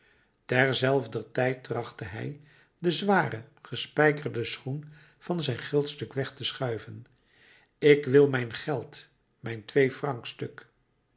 terzelfder tijd trachtte hij den zwaren gespijkerden schoen van zijn geldstuk weg te schuiven ik wil mijn geld mijn